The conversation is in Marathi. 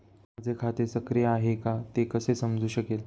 माझे खाते सक्रिय आहे का ते कसे समजू शकेल?